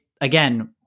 again